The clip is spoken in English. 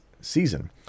season